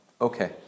Okay